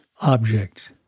objects